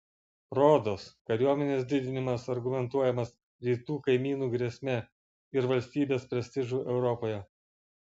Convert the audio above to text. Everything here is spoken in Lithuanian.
rodos kariuomenės didinimas argumentuojamas rytų kaimynų grėsme ir valstybės prestižu europoje